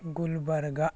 Gulbarga